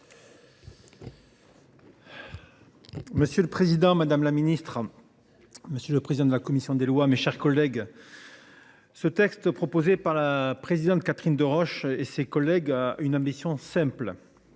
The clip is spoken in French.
Monsieur le Président Madame la Ministre. Monsieur le président de la commission des lois, mes chers collègues. Ce texte proposé par la présidente Catherine Deroche et ses collègues une ambition simple